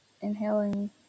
inhaling